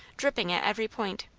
dripping at every point.